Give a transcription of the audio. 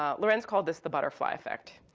ah lorenz called this the butterfly effect.